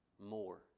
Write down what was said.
more